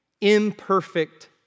imperfect